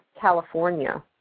California